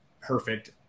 perfect